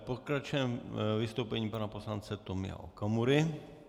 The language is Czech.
Pokračujeme vystoupením pana poslance Tomio Okamury.